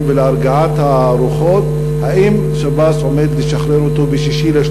ולהרגעת הרוחות: האם שב"ס עומד לשחרר אותו ב-6 במרס,